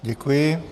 Děkuji.